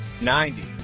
Ninety